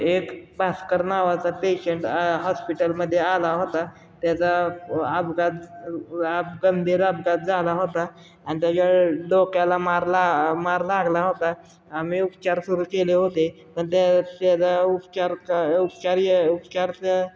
एक भास्कर नावाचा पेशंट हॉस्पिटलमध्ये आला होता त्याचा अपघात अप गंभीर अपघात झाला होता आणि त्याच्या डोक्याला मार ला मार लागला होता आम्ही उपचार सुरू केले होते आणि त्या त्याचा उपचारचा उपचार्य उपचारच